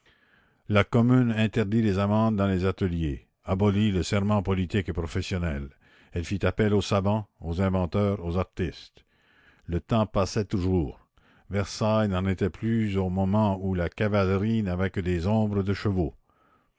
la commune interdit les amendes dans les ateliers abolit le serment politique et professionnel elle fit appel aux savants aux inventeurs aux artistes le temps passait toujours versailles n'en était plus au moment où la cavalerie n'avait que des ombres de chevaux